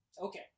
okay